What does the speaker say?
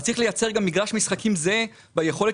אז צריך לייצר גם מגרש משחקים זהה ביכולת